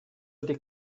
wedi